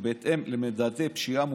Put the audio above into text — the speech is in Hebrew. בהתאם למדדי פשיעה,